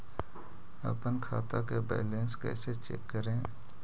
अपन खाता के बैलेंस कैसे चेक करे?